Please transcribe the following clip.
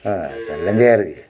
ᱦᱮᱸ ᱞᱮᱡᱮᱨ ᱜᱮ